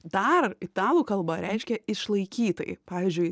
dar italų kalba reiškia išlaikytai pavyzdžiui